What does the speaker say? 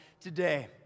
today